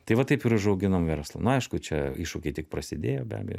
tai va taip ir užauginom verslą na aišku čia iššūkiai tik prasidėjo be abejo